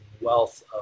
wealth